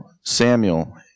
Samuel